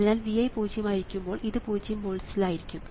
അതിനാൽ Vi പൂജ്യം ആയിരിക്കുമ്പോൾ ഇത് പൂജ്യം വോൾട്സ്ൽ ആയിരിക്കും